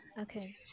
Okay